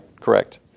correct